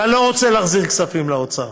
ואני לא רוצה להחזיר כספים לאוצר,